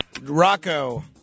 Rocco